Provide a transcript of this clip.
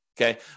Okay